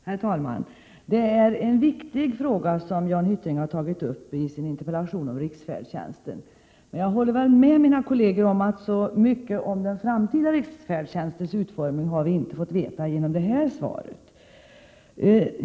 Herr talman! Det är en viktig fråga som Jan Hyttring har tagit upp i sin interpellation om riksfärdtjänsten. Men jag håller med mina kolleger om att mycket om den framtida riksfärdtjänstens utformning har vi inte fått veta genom kommunikationsministerns svar.